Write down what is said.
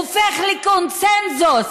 הופך לקונסנזוס,